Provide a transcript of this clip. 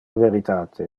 veritate